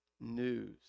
news